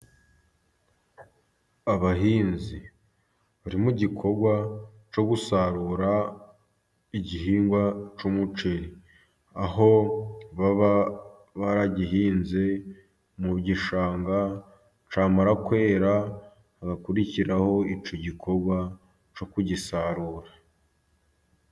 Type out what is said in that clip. Abahinzi bari mu gikorwa cyo gusarura igihingwa cy'umuceri, aho baba baragihinze mu gishanga, cyamara kwera, hagakurikiraho icyo gikorwa cyo kugisarura.